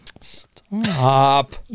Stop